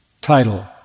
title